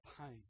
pain